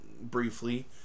briefly